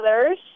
others